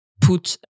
put